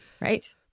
right